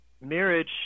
marriage